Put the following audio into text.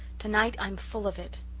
tonight i'm full of it.